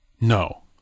no